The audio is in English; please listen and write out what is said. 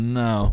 no